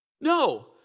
No